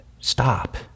stop